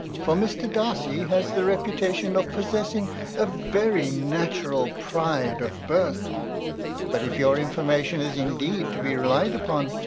for mr. darcy has the reputation of possessing a very natural pride of birth but if your information is indeed to be relied upon,